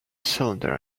cylinder